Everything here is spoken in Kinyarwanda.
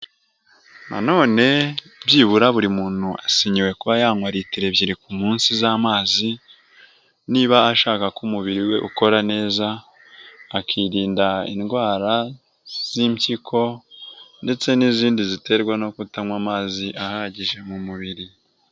Na none byibura buri muntu asinyiwe kuba yanywa litiro ebyiri ku munsi z'amazi, niba ashaka ko umubiri we ukora neza, akirinda indwara z'impyiko ndetse n'izindi ziterwa no kutanywa amazi ahagije mu mubiri.